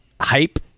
hype